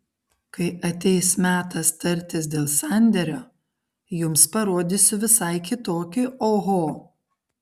kai ateis metas tartis dėl sandėrio jums parodysiu visai kitokį oho